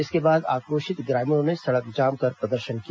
इसके बाद आक्रोशित ग्रामीणों ने सड़क जाम कर प्रदर्शन किया